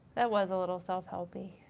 that was a little self-helpey,